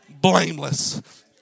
blameless